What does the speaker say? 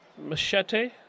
Machete